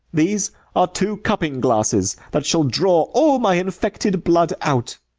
these are two cupping-glasses, that shall draw all my infected blood out.